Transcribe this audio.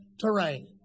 terrain